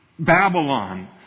Babylon